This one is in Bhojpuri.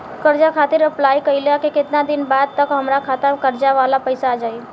कर्जा खातिर अप्लाई कईला के केतना दिन बाद तक हमरा खाता मे कर्जा वाला पैसा आ जायी?